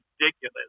ridiculous